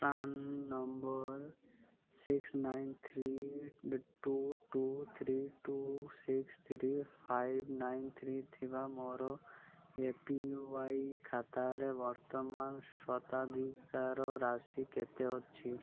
PAN number six nine three two two three two six three five nine three ଥିବା ମୋର A P Y ଖାତାରେ ବର୍ତ୍ତମାନ ସ୍ୱତ୍ୱାଧିକାର ରାଶି କେତେ ଅଛି